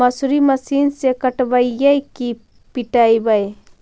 मसुरी मशिन से कटइयै कि पिटबै?